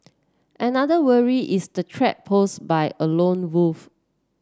another worry is the threat posed by a lone wolf